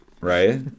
right